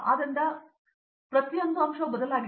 ಆದ್ದರಿಂದ ಗಣಿ ಪ್ರತಿಯೊಂದು ಅಂಶವೂ ಬದಲಾಗಿದೆ